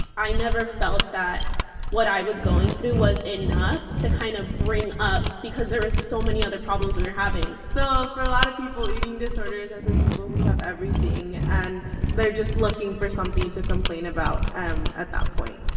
i never felt that what i was going through was enough to kind of bring up because there were so many other problems we were having so for a lot of people, eating disorders are for people who have everything. and they're just looking for something to complain about um at that point.